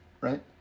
right